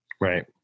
Right